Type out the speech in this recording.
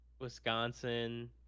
Wisconsin